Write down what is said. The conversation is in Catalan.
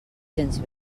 gens